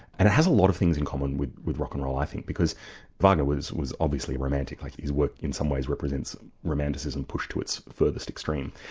and it has a lot of things in common with with rock'n'roll i think, because wagner was was obviously a romantic, like his work in some ways represents romanticism pushed to its furthest extreme.